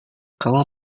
kamu